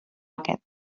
aquest